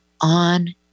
on